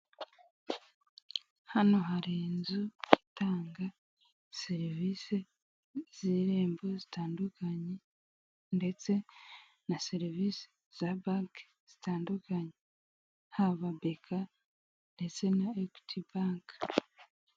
Hano hari inzu itanga serivise z'irembo zitandukanye, ndetse na serivise za banki zitandukanye. Haba beka, ndetse na ekwiti banki.